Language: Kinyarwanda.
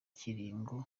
kiringo